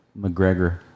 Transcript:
McGregor